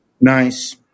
Nice